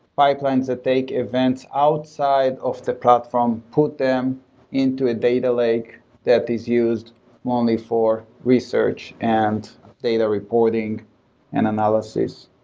pipelines that take events outside of the platform, put them into a data lake that is used only for research and data reporting and analysis.